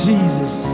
Jesus